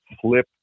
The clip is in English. flip